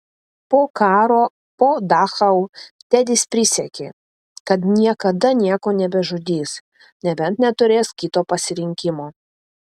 po karo po dachau tedis prisiekė kad niekada nieko nebežudys nebent neturės kito pasirinkimo